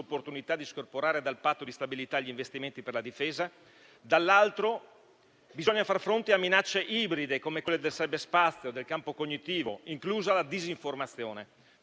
sull'opportunità di scorporare dal Patto di stabilità gli investimenti per la difesa - dall'altro, bisogna far fronte a minacce ibride come quelle del cyberspazio e del campo cognitivo, inclusa la disinformazione.